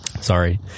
Sorry